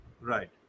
Right